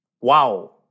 wow